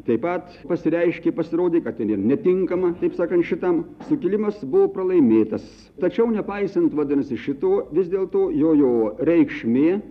taip pat pasireiškė pasirodė kad ten ir netinkama taip sakant šitam sukilimas buvo pralaimėtas tačiau nepaisant vadinasi šito vis dėlto jojo reikšmė